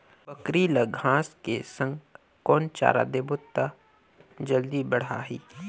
बकरी ल घांस के संग कौन चारा देबो त जल्दी बढाही?